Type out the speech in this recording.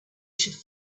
should